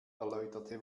erläuterte